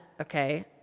Okay